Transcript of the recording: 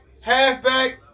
halfback